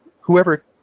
whoever